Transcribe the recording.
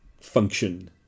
function